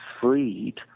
freed